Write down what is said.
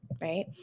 right